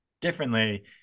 differently